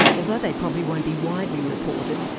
although they probably won't be widely reported,